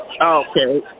Okay